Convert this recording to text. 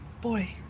boy